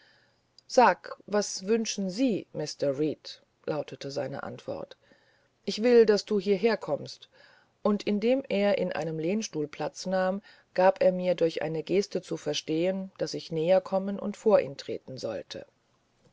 sag was wünschen sie mr reed lautete seine antwort ich will daß du hierher kommst und indem er in einem lehnstuhl platz nahm gab er mir durch eine geste zu verstehen daß ich näher kommen und vor ihn treten solle